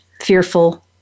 fearful